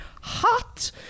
hot